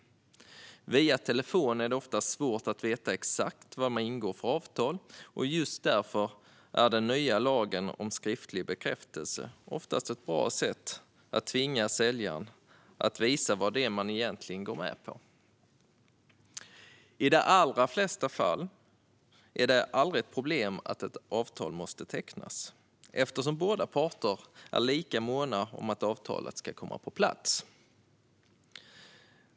Via telefon är det ofta svårt att veta exakt vad för avtal man ingår, och därför är den nya lagen om skriftlig bekräftelse ett bra sätt att tvinga säljaren att visa vad köparen egentligen går med på. I de allra flesta fall är det inte ett problem att ett avtal måste tecknas, eftersom båda parter är lika måna om att avtalet ska komma på plats.